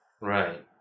Right